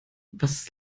was